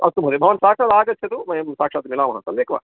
अस्तु महोदय भवान् साक्षादागच्छतु वयं साक्षात् मिलामः सम्यगेव